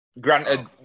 granted